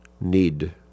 need